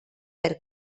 per